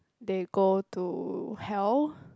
they go to hell